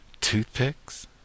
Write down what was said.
toothpicks